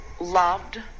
loved